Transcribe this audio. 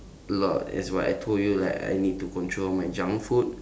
a lot as what I told you right I need to control my junk food